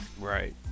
right